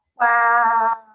Wow